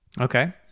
Okay